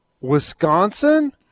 Wisconsin